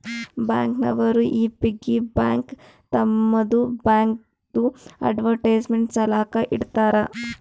bank ನವರು ಈ piggy bank ತಮ್ಮದು ಬ್ಯಾಂಕ್ದು ಅಡ್ವರ್ಟೈಸ್ಮೆಂಟ್ ಸಲಾಕ ಇಡ್ತಾರ